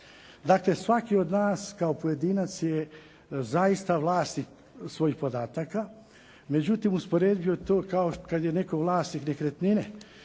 Dakle, svaki od nas kao pojedinac je zaista vlasnik svojih podataka. Međutim, usporedio bih to kada je netko vlasnik nekretnine,